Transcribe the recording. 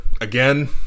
Again